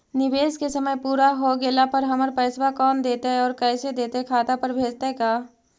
निवेश के समय पुरा हो गेला पर हमर पैसबा कोन देतै और कैसे देतै खाता पर भेजतै का?